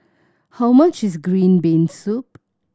how much is green bean soup